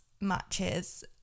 matches